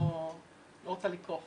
אז אני לא רוצה לכרוך